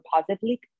positively